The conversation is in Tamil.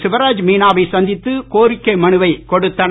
சிவராஜ் மீனாவை சந்தித்து கோரிக்கை மனு கொடுத்தனர்